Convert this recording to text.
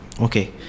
Okay